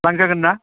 लांजागोन ना